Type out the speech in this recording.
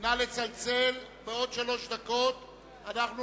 אחמד טיבי, בעד יש מישהו